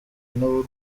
n’u